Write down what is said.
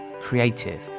creative